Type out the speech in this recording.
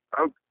Okay